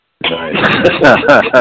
Nice